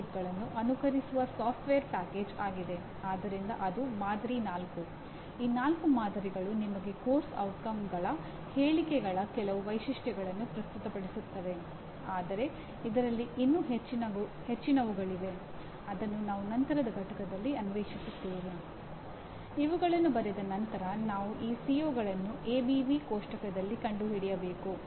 national board of accreditation ವಿನ್ಯಾಸಗೊಳಿಸಿರುವ ಪಠ್ಯ ಉತ್ತಮ ಎಂಜಿನಿಯರ್ಗಳ ಈ ಎಲ್ಲಾ ಗುಣಲಕ್ಷಣಗಳನ್ನು ಪರಿಣಾಮಕಾರಿಯಾಗಿ ಹೀರಿಕೊಳ್ಳುತ್ತದೆ ಮತ್ತು ಅವುಗಳನ್ನು ಪದವಿಪೂರ್ವ ಕಾರ್ಯಕ್ರಮಗಳ ಅಗತ್ಯ ಪರಿಣಾಮಗಳಾಗಿ ನಿರೂಪಿಸುತ್ತದೆ ಮತ್ತು ಅವುಗಳನ್ನು ಪ್ರೋಗ್ರಾಮ್ ಪರಿಣಾಮಗಳೆಂದು ಹೇಳಿರುವ 12 ಪರಿಣಾಮಗಳನ್ನು ನಾವು ಇನ್ನೊಂದು ಘಟಕದಲ್ಲಿ ನೋಡುತ್ತೇವೆ